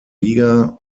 liga